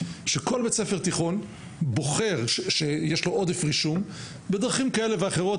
שכל תיכון שיש לו עודף רישום בוחר בדרכים כאלה ואחרות,